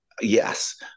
Yes